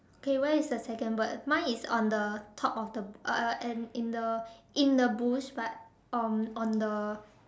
okay where is the second bird mine is on the top of the uh uh and in the in the bush but um on the